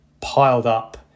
piled-up